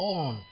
on